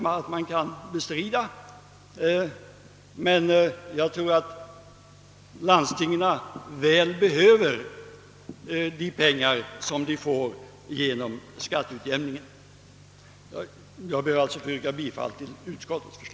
Jag anser emellertid att landstingen väl behöver de pengar som de får genom skatteutjämningen. Herr talman! Jag yrkar bifall till utskottets förslag.